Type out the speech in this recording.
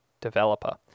developer